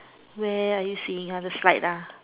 where are you seeing other slide ah